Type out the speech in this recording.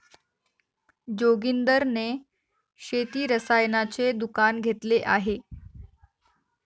जोगिंदर ने शेती रसायनाचे दुकान घेतले आहे